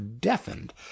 deafened